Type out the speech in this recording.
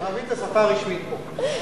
ערבית היא שפה רשמית פה.